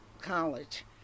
College